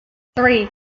three